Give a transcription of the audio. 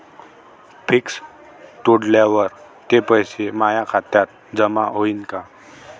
Fix तोडल्यावर ते पैसे माया खात्यात जमा होईनं का?